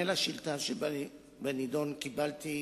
שאל את שר המשפטים ביום כ"ה